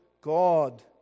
God